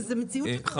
וזאת מציאות שקורית